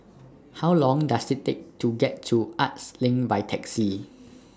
How Long Does IT Take to get to Arts LINK By Taxi